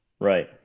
right